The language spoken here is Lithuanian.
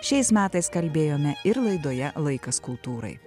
šiais metais kalbėjome ir laidoje laikas kultūrai